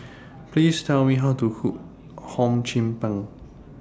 Please Tell Me How to Cook Hum Chim Peng